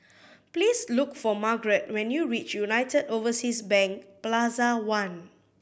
please look for Margret when you reach United Overseas Bank Plaza One